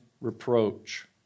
reproach